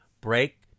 break